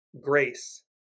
grace